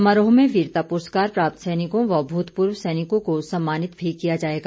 समारोह में वीरता पुरस्कार प्राप्त सैनिकों व भूतपूर्व सैनिकों को सम्मानित भी किया जाएगा